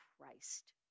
Christ